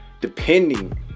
depending